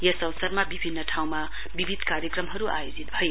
यस अवसरमा विभिन्न ठाँउमा विविध कार्यक्रमहरू आयोजित भए